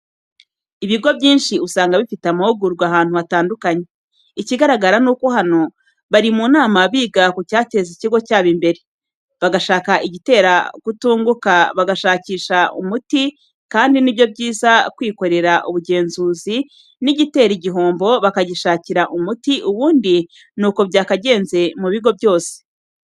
Ibigo byinshi usanga bifite amahugurwa ahantu hatandukanye, ikigaragara nuko na hano bari mu nama biga ku cyateza ikigo cyabo imbere, bagashaka igitera kutunguka bakagishakira umuti kandi ni byo byiza kwikorera ubugenzuzi n'igitera igihombo bakagishakira umuti ubundi nuko byakagenze mu bigo byose.